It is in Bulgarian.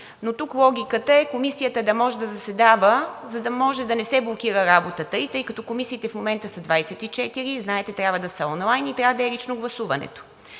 но тук логиката е Комисията да може да заседава, за да може да не се блокира работата ѝ. Тъй като комисиите в момента са 24 – знаете, трябва да са онлайн и трябва да е лично гласуването.